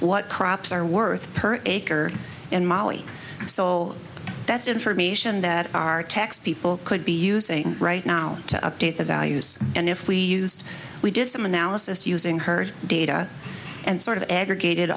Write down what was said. what crops are worth per acre and molly so that's information that our tax people could be using right now to update the values and if we used we did some analysis using her data and sort of aggregate